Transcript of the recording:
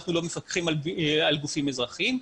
אנחנו לא מפקחים על גופים אזרחיים,